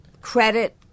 credit